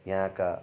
यहाँका